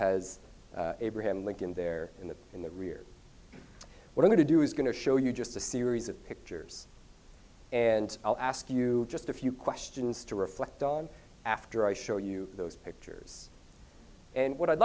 has abraham lincoln there in the in the rear we're going to do is going to show you just a series of pictures and i'll ask you just a few questions to reflect on after i show you those pictures and what i'd